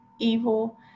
evil